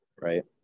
right